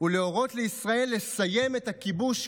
ולהורות לישראל לסיים את הכיבוש כעת.